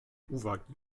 uwagi